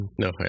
No